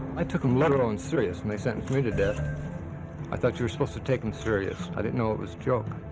i took him later on serious when they sentenced me to death i thought you were supposed to take him serious i didn't know it was joke